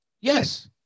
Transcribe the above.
Yes